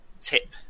tip